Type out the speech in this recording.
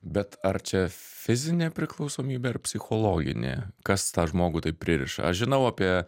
bet ar čia fizinė priklausomybė ir psichologinė kas tą žmogų taip pririša aš žinau apie